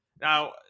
Now